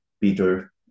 Peter